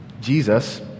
Jesus